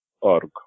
org